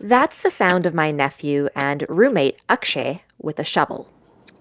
that's the sound of my nephew and roommate, akshay, with a shovel